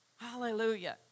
Hallelujah